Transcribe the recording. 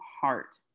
heart